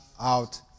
out